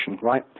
right